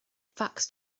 facts